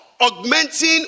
augmenting